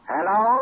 Hello